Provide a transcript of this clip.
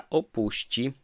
opuści